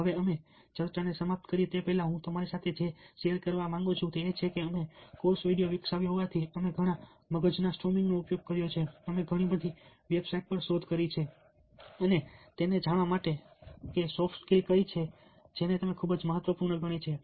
હવે અમે આ ચર્ચાને સમાપ્ત કરીએ તે પહેલાં હું તમારી સાથે જે શેર કરવા માંગુ છું તે એ છે કે અમે કોર્સ વિકસાવ્યો હોવાથી અમે ઘણાં મગજનો સ્ટ્રોમિંગ કર્યો છે અમે ઘણી બધી વેબસાઇટ્સ પર શોધ કરી છે અને તે જાણવા માટે કે સોફ્ટ સ્કિલ કઈ છે જેને તમે ખૂબ જ મહત્વપૂર્ણ ગણી છે